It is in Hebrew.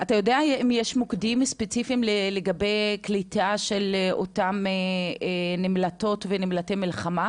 אתה יודע אם יש מוקדים ספציפיים לקליטה של אותם נמלטות ונמלטי מלחמה?